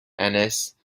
ennis